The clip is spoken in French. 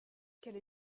quelle